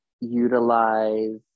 utilize